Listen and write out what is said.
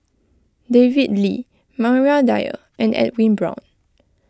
David Lee Maria Dyer and Edwin Brown